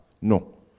No